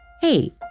Hey